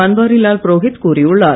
பன்வாரிலால் புரோகித் கூறியுள்ளார்